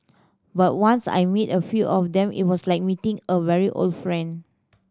but once I met a few of them it was like meeting a very old friend